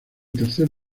tercer